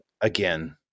again